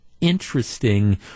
interesting